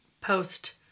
post